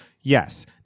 yes